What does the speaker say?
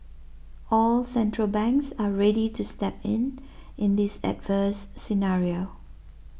all central banks are ready to step in in this adverse scenario